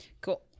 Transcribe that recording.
Cool